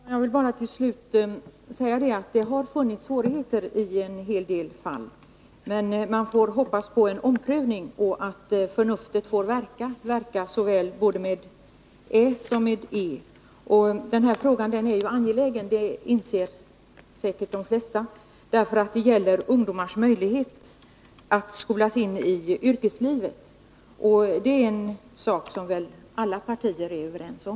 Herr talman! Jag vill till slut bara säga att det har funnits svårigheter i en hel del fall, men man får hoppas på en omprövning och på att förnuftet får verka - ”verka” med såväl e som ä. Att den här frågan är angelägen inser säkert de flesta. Den gäller ju ungdomars möjlighet att skolas in i yrkeslivet. Att det är angeläget är väl alla partier överens om.